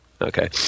Okay